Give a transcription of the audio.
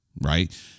right